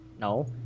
No